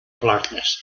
blackness